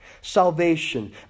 Salvation